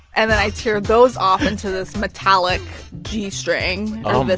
and then i tear those off into this metallic g-string oh, my